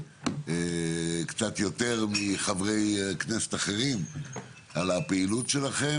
קצת יותר מחברי כנסת אחרים על הפעילות שלכם